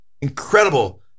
incredible